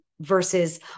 versus